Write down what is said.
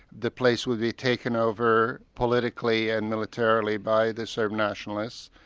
the place would be taken over politically and militarily by the serb nationalists,